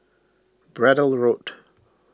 Braddell Road